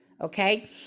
okay